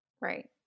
Right